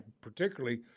particularly